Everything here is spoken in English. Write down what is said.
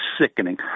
sickening